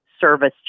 service